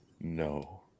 No